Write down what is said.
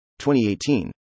2018